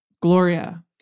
Gloria